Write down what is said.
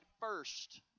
first